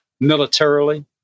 militarily